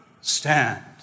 stand